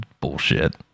bullshit